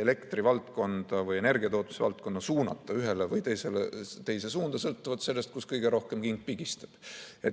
elektrivaldkonda või energiatootmise valdkonda suunata ühte või teise suunda, sõltuvalt sellest, kust kõige rohkem king pigistab.